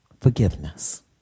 Forgiveness